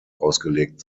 ausgelegt